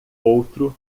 outro